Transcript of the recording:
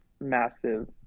massive